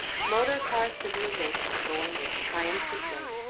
motor-car civilization going its triumphant way,